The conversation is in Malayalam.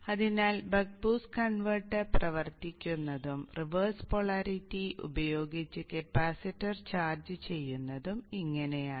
അതിനാൽ ബക്ക് ബൂസ്റ്റ് കൺവെർട്ടർ പ്രവർത്തിക്കുന്നതും റിവേഴ്സ് പോളാരിറ്റി ഉപയോഗിച്ച് കപ്പാസിറ്റർ ചാർജ് ചെയ്യുന്നതും ഇങ്ങനെയാണ്